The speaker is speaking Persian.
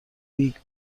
بیگ